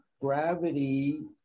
gravity